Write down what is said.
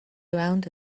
around